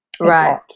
Right